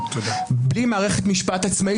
ממש לא טענתי